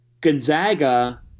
Gonzaga